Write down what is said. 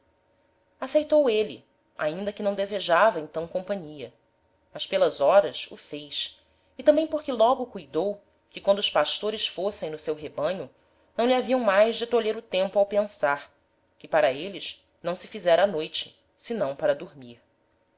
aceitou êle ainda que não desejava então companhia mas pelas horas o fez e tambem porque logo cuidou que quando os pastores fossem no seu rebanho não lhe haviam mais de tolher o tempo ao pensar que para êles não se fizera a noite senão para dormir